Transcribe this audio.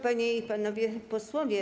Panie i Panowie Posłowie!